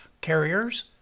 carriers